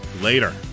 Later